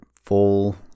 full